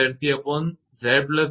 તેથી તમારું 𝑣𝑏 એ 𝑍−𝑍𝑐𝑍𝑍𝑐